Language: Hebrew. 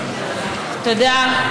תודה.